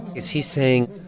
is he saying,